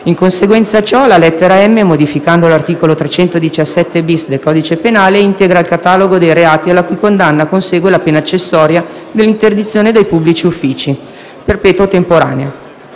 In conseguenza di ciò, la lettera *m)*, modificando l'articolo 317-*bis* del codice penale, integra il catalogo dei reati alla cui condanna consegue la pena accessoria dell'interdizione dai pubblici uffici (perpetua o temporanea).